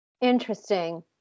Interesting